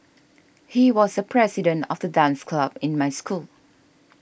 he was the president of the dance club in my school